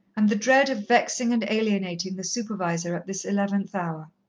and the dread of vexing and alienating the supervisor at this eleventh hour.